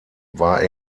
war